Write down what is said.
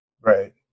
right